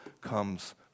comes